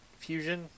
fusion